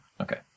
Okay